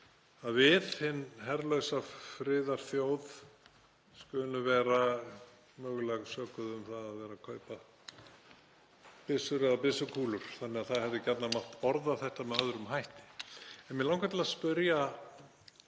að við, hin herlausa friðarþjóð, skulum vera mögulega sökuð um að vera að kaupa byssur eða byssukúlur þannig að það hefði gjarnan mátt orða þetta með öðrum hætti. En mig langar til að spyrja